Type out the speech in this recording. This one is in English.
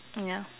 ya